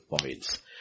points